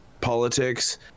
politics